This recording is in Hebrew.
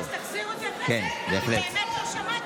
אז תחזיר אותי אחרי זה, כי באמת לא שמעתי.